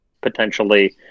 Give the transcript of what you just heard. potentially